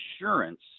insurance